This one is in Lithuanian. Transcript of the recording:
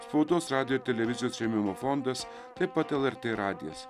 spaudos radijo televizijos rėmimo fondas taip pat lrt radijas